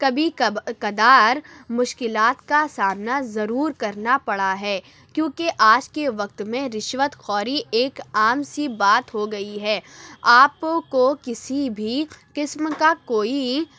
کبھی کبھار مشکلات کا سامنا ضرور کرنا پڑا ہے کیونکہ آج کے وقت میں رشوت خوری ایک عام سی بات ہو گئی ہے آپ کو کسی بھی قسم کا کوئی